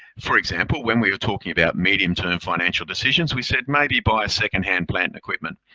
for example, when we are talking about medium term financial decisions, we said, maybe buy a second hand plant and equipment.